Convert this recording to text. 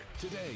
Today